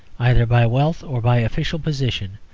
either by wealth or by official position,